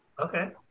Okay